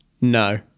No